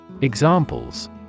Examples